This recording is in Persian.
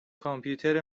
کامپیوتر